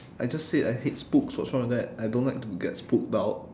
I just said I hate spooks what's wrong with that I don't like to get spooked out